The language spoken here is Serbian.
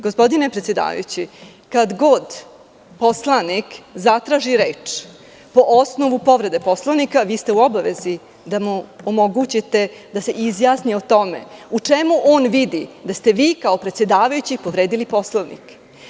Gospodine predsedavajući, kad god poslanik zatraži reč po osnovu povrede Poslovnika, vi ste u obavezi da mu omogućite da se izjasni o tome u čemu on vidi da ste vi kao predsedavajući povredili Poslovnik.